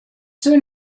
soon